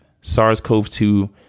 SARS-CoV-2